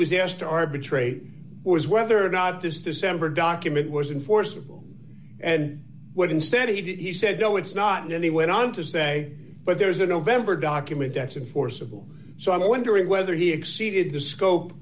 was asked to arbitrate was whether or not this december document was enforceable and what instead he said no it's not and he went on to say but there's a november document that's in forcible so i'm wondering whether he exceeded the scope